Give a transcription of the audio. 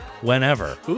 Whenever